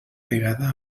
vegada